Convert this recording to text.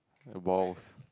balls